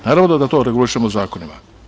Naravno da to regulišemo zakonima.